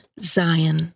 Zion